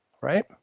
right